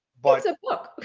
but it's a book.